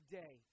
day